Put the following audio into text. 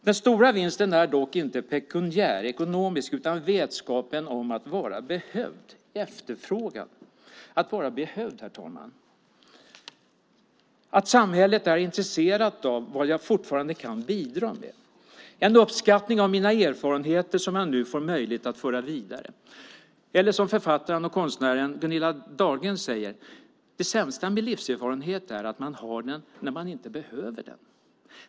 Den stora vinsten är dock inte pekuniär, ekonomisk, utan vetskapen om att vara behövd, efterfrågad - att vara behövd, herr talman - att veta att samhället är intresserat av vad jag fortfarande kan bidra med. Det är en uppskattning av mina erfarenheter som jag nu får möjlighet att föra vidare. Författaren och konstnären Gunilla Dahlgren uttrycker det på följande sätt: "Det sämsta med livserfarenhet är att man har den när man inte behöver den."